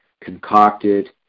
concocted